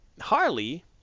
Harley